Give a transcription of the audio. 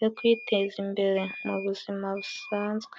yo kwiteza imbere mu buzima busanzwe.